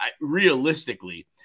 realistically